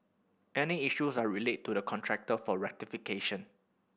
any issues are relayed to the contractor for rectification